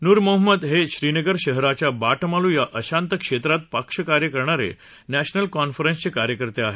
नूर मोहम्मद हे श्रीनगर शहराच्या बाटमालू या अशांत क्षेत्रात पक्षकार्य करणारे नॅशनल कॉन्फरन्सचे कार्यकर्ते आहेत